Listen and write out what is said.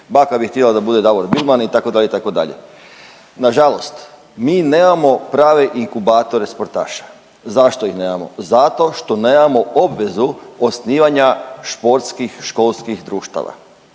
baka bi htjela da bude Davor Bilman itd. itd. Na žalost mi nemamo prave inkubatore sportaša. Zašto ih nemamo? Zato što nemamo obvezu osnivanja športskih školskih društava.